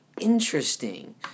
interesting